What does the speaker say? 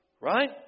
Right